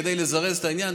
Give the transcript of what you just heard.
כדי לזרז את העניין,